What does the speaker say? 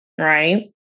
right